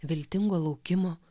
viltingo laukimo